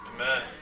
Amen